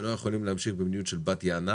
שאנחנו לא יכולים להמשיך במדיניות של בת יענה